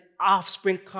offspring